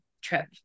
trip